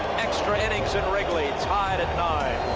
extra innings in wrigley, tied at nine.